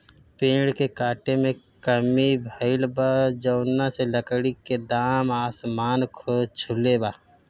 पेड़ के काटे में कमी भइल बा, जवना से लकड़ी के दाम आसमान छुले बा